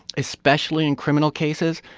especially in criminal cases.